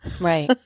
right